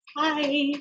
Hi